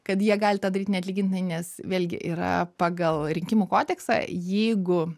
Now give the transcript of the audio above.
kad jie gali tą daryt neatlygintinai nes vėlgi yra pagal rinkimų kodeksą jeigu